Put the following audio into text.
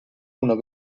una